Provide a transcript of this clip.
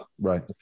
Right